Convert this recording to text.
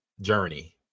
journey